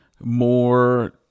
more